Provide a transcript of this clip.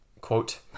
quote